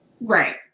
Right